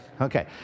Okay